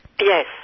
Yes